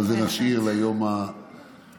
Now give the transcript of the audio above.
אבל את זה נשאיר ליום שיגיע.